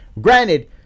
Granted